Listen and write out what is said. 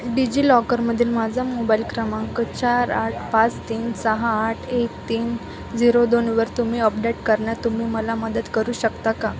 digi लॉकरमधील माझा mobile क्रमांक चार आठ पाच तीन सहा आठ एक तीन झिरो दोनवर तुम्ही अपडेट करण्यात तुम्ही मला मदत करू शकता का